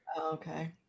Okay